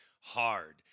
hard